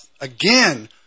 again